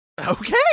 Okay